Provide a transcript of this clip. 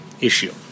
issue